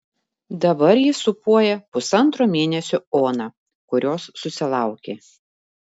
dabar ji sūpuoja pusantro mėnesio oną kurios susilaukė